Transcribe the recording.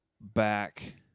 back